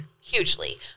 hugely